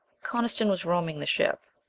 coniston was roaming the ship.